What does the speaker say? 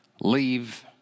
leave